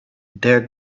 there